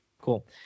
Cool